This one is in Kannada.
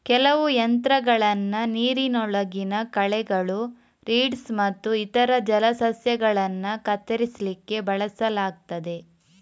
ಕೆಲವು ಯಂತ್ರಗಳನ್ನ ನೀರಿನೊಳಗಿನ ಕಳೆಗಳು, ರೀಡ್ಸ್ ಮತ್ತು ಇತರ ಜಲಸಸ್ಯಗಳನ್ನ ಕತ್ತರಿಸ್ಲಿಕ್ಕೆ ಬಳಸಲಾಗ್ತದೆ